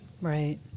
Right